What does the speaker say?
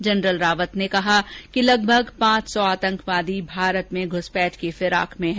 general Rawat ने कहा कि लगभग पांच सौ आतंकवादी भारत में घुसपैठ की फिराक में हैं